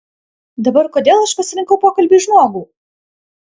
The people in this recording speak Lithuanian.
dabar kodėl aš pasirinkau pokalbiui žmogų